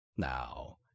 Now